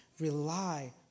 rely